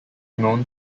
known